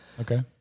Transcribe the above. okay